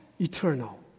eternal